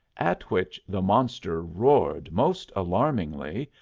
at which the monster roared most alarmingly,